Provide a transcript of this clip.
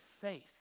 faith